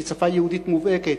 שהיא שפה יהודית מובהקת,